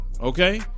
okay